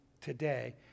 today